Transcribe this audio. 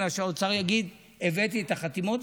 בגלל שהאוצר יגיד: הבאתי את החתימות.